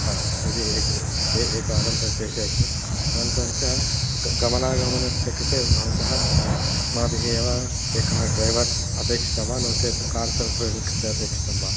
हा यदि ए ए एकवारं तत् प्रेषयति चेत् अनन्तरञ्च एकं गमनागमनस्य कृते भवतः अस्माभिः एव एकः ड्रैवर् अपेक्षितः वा नो चेत् कार् सेल्फ़् ड्रैविङ्ग् कृते अपेक्षितं वा